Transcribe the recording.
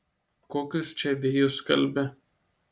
kokius čia vėjus kalbi